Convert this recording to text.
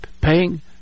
paying